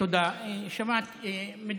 תודה, אדוני.